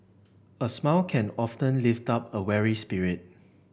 a smile can often lift up a weary spirit